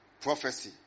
prophecy